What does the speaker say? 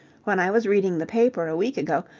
when i was reading the paper a week ago,